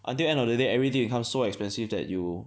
until end of the day everything becomes so expensive that you